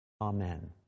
Amen